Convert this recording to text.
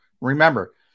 Remember